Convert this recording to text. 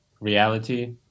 reality